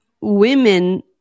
women